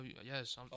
yes